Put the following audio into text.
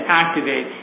activate